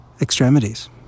extremities